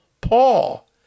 Paul